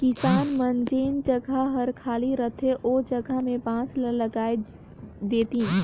किसान मन जेन जघा हर खाली रहथे ओ जघा में बांस ल लगाय देतिन